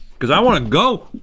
cause i wanna go.